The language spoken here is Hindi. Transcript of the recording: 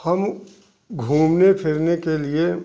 हम घूमने फिरने के लिए